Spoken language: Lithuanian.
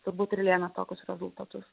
turbūt ir lėmė tokius rezultatus